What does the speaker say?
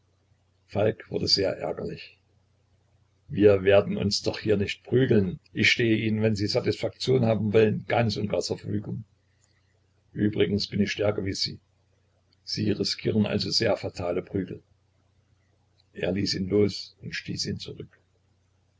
falk wurde sehr ärgerlich wir werden uns doch hier nicht prügeln ich stehe ihnen wenn sie satisfaktion haben wollen ganz und gar zur verfügung übrigens bin ich stärker wie sie sie riskieren also sehr fatale prügel er ließ ihn los und stieß ihn zurück